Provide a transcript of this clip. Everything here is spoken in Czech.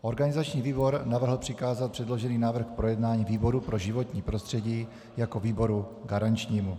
Organizační výbor navrhl přikázat předložený návrh k projednání výboru pro životní prostředí jako výboru garančnímu.